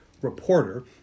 reporter